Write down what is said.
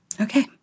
Okay